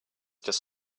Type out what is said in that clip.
just